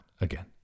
again